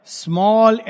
small